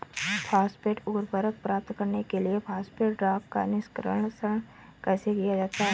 Phosphate उर्वरक प्राप्त करने के लिए फॉस्फेट रॉक का निष्कर्षण कैसे किया जाता है?